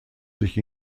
sich